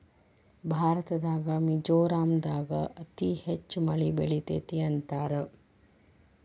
ಭಾರತದಾಗ ಮಿಜೋರಾಂ ದಾಗ ಅತಿ ಹೆಚ್ಚ ಮಳಿ ಬೇಳತತಿ ಅಂತಾರ